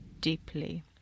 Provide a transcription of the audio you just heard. deeply